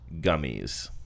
Gummies